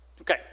Okay